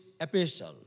epistle